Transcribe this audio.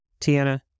Tiana